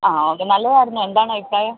അ okay നല്ലതായിരുന്നോ എന്താണ് അഭിപ്രായം